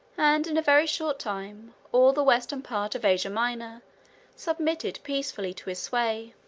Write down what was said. and in a very short time all the western part of asia minor submitted peacefully to his sway.